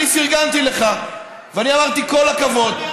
אני פרגנתי לך, ואני אמרתי כל הכבוד.